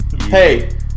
Hey